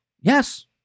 Yes